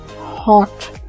hot